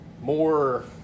more